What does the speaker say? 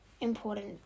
important